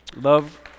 love